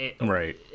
Right